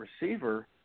receiver –